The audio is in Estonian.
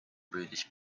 püüdis